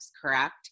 correct